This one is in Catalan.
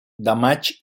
maig